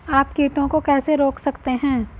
आप कीटों को कैसे रोक सकते हैं?